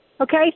okay